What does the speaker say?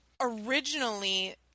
originally